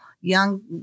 young